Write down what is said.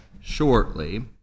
shortly